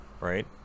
right